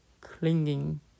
Clinging